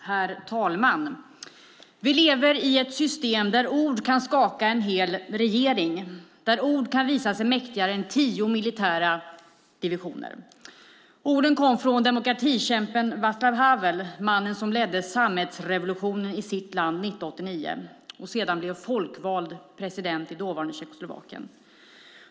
Herr talman! Vi lever i ett system där ord kan skaka en hel regering, där ord kan visa sig mäktigare än tio militära divisioner. Orden kom från demokratikämpen Vaclav Havel, mannen som ledde sammetsrevolutionen i sitt land 1989 och sedan blev folkvald president i dåvarande Tjeckoslovakien.